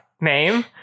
name